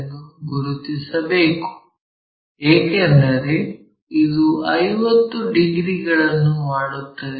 ಎಂದು ಗುರುತಿಸಬೇಕು ಏಕೆಂದರೆ ಇದು 50 ಡಿಗ್ರಿಗಳನ್ನು ಮಾಡುತ್ತದೆ